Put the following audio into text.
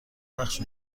بخش